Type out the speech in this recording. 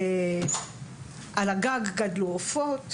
על הגג גדלו עופות